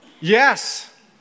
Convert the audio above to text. Yes